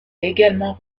également